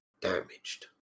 damaged